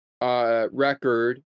record